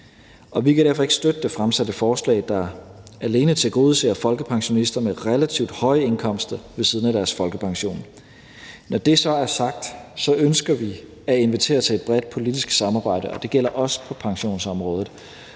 vi kan derfor ikke støtte det fremsatte forslag, der alene tilgodeser folkepensionister med relativt høje indkomster ved siden af deres folkepension. Når det så er sagt, ønsker vi at invitere til et bredt politisk samarbejde, og det gælder også på pensionsområdet.